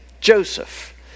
Joseph